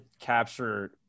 capture